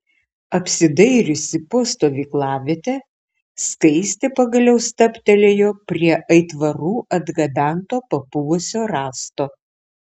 apsidairiusi po stovyklavietę skaistė pagaliau stabtelėjo prie aitvarų atgabento papuvusio rąsto